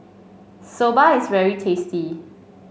Soba is very tasty